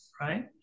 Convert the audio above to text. right